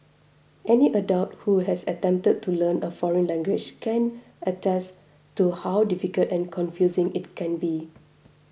any adult who has attempted to learn a foreign language can attest to how difficult and confusing it can be